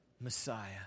Messiah